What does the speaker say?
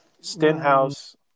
Stenhouse